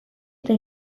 eta